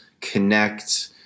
connect